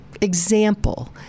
example